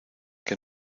que